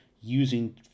using